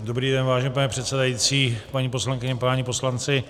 Dobrý den, vážený pane předsedající, paní poslankyně, páni poslanci.